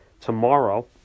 tomorrow